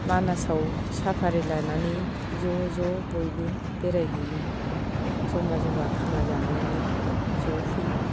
मानासाव साफारि लानानै ज' ज' बयबो बेरायहैयो जमा जमा खाना जानानै ज' फैयो